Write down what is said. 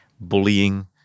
bullying